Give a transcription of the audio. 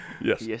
Yes